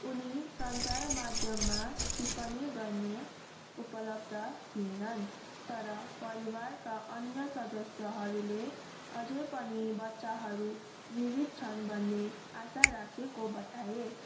उनी सञ्चार माध्यममा टिप्पणी गर्न उपलब्ध थिएनन् तर परिवारका अन्य सदस्यहरूले अझै पनि बच्चाहरू जीवित छन् भन्ने आशा राखेको बताए